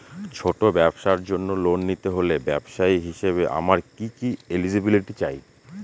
ছোট ব্যবসার জন্য লোন নিতে হলে ব্যবসায়ী হিসেবে আমার কি কি এলিজিবিলিটি চাই?